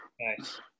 nice